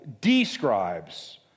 describes